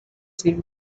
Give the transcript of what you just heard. seem